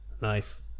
Nice